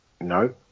No